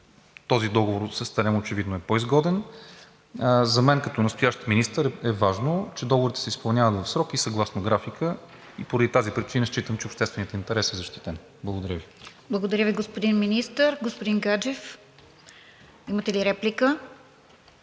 този договор с „Терем“ очевидно е по-изгоден. За мен като настоящ министър е важно, че договорите се изпълняват в срок и съгласно графика. Поради тази причина считам, че общественият интерес е защитен. Благодаря Ви. ПРЕДСЕДАТЕЛ РОСИЦА КИРОВА: Благодаря Ви, господин Министър. Господин Гаджев, имате ли реплика?